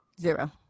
Zero